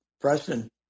Preston